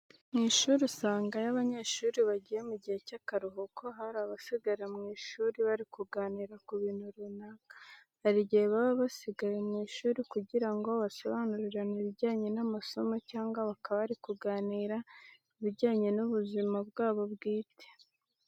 Mu ishuri usanga iyo abanyeshuri bagiye mu gihe cy'akaruhuko hari abasigara mu ishuri bari kuganira ku bintu runaka. Hari igihe baba basigaye mu ishuri kugira ngo basobanurirane ibijyanye n'amasomo cyangwa bakaba bari kuganira ibijyanye n'ibuzima bwabo bwite.